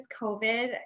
COVID